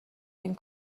این